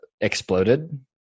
exploded